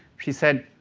she said,